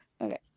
Okay